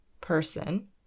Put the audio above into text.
person